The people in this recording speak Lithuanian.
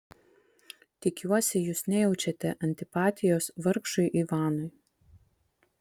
tikiuosi jūs nejaučiate antipatijos vargšui ivanui